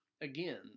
again